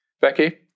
Becky